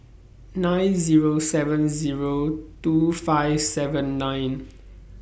nine Zero seven Zero two five seven nine